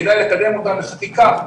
כדאי לקדם אותם בחקיקה,